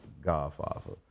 godfather